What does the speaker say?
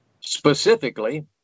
Specifically